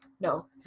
No